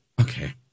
Okay